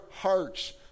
hearts